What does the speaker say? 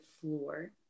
floor